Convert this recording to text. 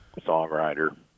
songwriter